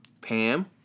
Pam